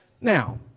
Now